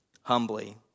humbly